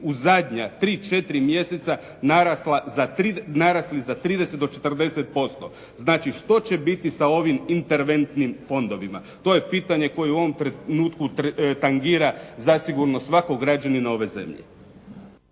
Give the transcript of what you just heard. u zadnja 3,4 mjeseca narasla za, narasli za 30 do 40 posto. Znači što će biti sa ovim interventnim fondovima? To je pitanje koje u ovom trenutku tangira zasigurno svakog građanina ove zemlje.